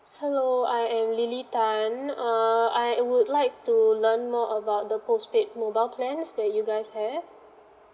hello I am lily tan err I would like to learn more about the postpaid mobile plans that you guys have